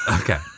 Okay